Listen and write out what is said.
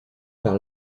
par